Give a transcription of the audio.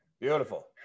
Beautiful